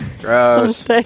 Gross